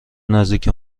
نزدیک